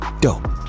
dope